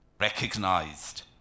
recognized